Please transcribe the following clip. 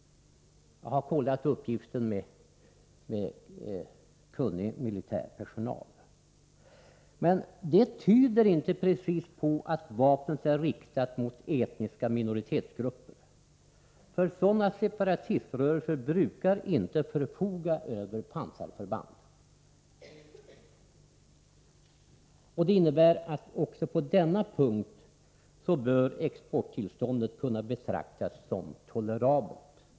Jag har kollat uppgiften med kunnig militär personal. Det tyder inte precis på att vapnet är riktat mot etniska minoritetsgrupper. Sådana separatiströrelser brukar inte förfoga över pansarförband. Det innebär att också på denna punkt bör exporttillståndet kunna betraktas som tolerabelt.